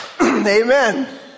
amen